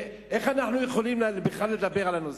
איך אנחנו יכולים בכלל לדבר על הנושא?